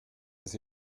dass